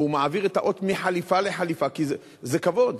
והוא מעביר את האות מחליפה לחליפה כי זה כבוד.